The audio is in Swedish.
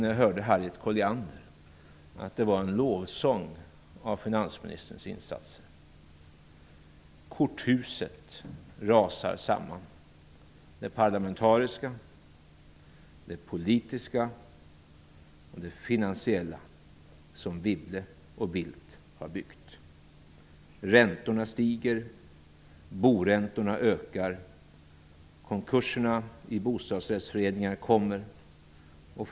När jag lyssnade på Harriet Colliander upplevde jag det inte som en lovsång till finansministerns insatser. Det parlamentariska, politiska och finansiella korthuset som Wibble och Bildt har byggt rasar samman. Räntorna stiger, boräntorna ökar, konkurserna i bostadsrättsföreningar ökar.